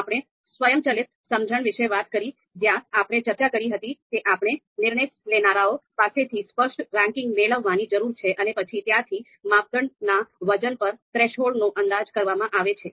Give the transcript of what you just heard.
આપણે સ્વયંચાલિત સમજણ વિશે વાત કરી જ્યાં આપણે ચર્ચા કરી હતી કે આપણે નિર્ણય લેનારાઓ પાસેથી સ્પષ્ટ રેન્કિંગ મેળવવાની જરૂર છે અને પછી ત્યાંથી માપદંડ ના વજન અને થ્રેશોલ્ડનો અંદાજ કરવામાં આવે છે